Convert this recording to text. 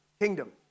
kingdom